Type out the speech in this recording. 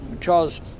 Charles